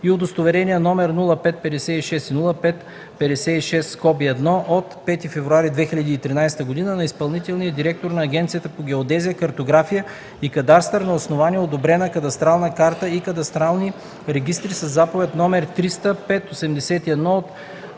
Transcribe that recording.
и удостоверения № 05 56 и 05-56(1) от 5 февруари 2013 г. на изпълнителния директор на Агенцията по геодезия, картография и кадастър на основание одобрена кадастрална карта и кадастрални регистри със Заповед № 300-5-81